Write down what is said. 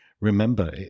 Remember